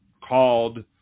called